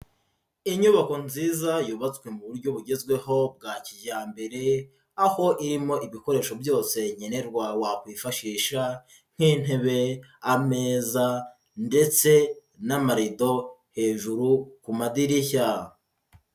Inyubako nziza yubatswe mu buryo bugezweho bwa kijyambere, aho irimo ibikoresho byose nkenerwa wakwifashisha nk'intebe, ameza ndetse n'amarido hejuru ku madirishya.